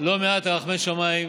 לא מעט לרחמי שמיים,